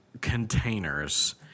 containers